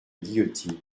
guillotine